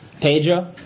Pedro